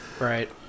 Right